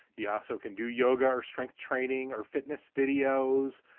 he also can do yoga or strength training or fitness videos,